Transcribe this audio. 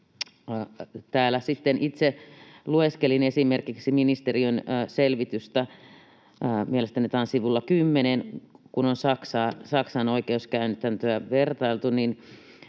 itse lueskelin esimerkiksi ministeriön selvitystä, mielestäni tämä on sivulla 10. Kun on Saksan oikeuskäytäntöä vertailtu,